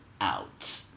out